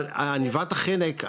עניבת החנק,